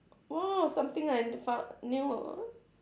!wah! something I foun~ knew ah